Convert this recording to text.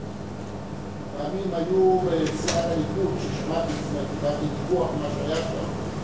פעמים בסיעת הליכוד שמעתי ויכוח על מה שהיה שם,